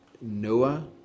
noah